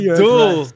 duel